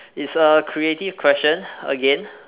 it's a creative question again